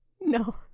no